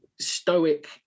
stoic